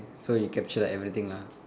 so you capture everything lah